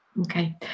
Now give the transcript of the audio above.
Okay